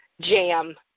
jam